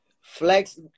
Flex